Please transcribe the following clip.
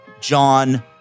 John